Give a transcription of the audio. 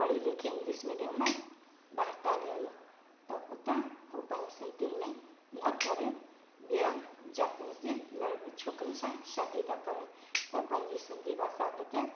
पढ़ी लिखी English medium में ॿार था लेयनि त उता हो पंहिंजे सिंधीयुनि में न करे ॿिए जाती जी लड़की छोकिरीनि सां शादी था कनि त पंहिंजी सिंधी भाषा अॻिते